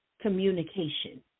communication